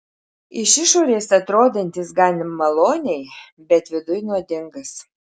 iš išorės atrodantis gan maloniai bet viduj nuodingas